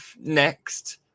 next